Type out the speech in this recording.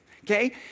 okay